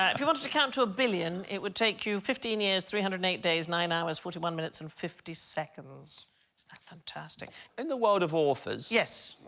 ah if you wanted to count to a billion it would take you fifteen years three hundred and eight days nine hours forty one minutes and fifty seconds fantastic in the world of authors. yes.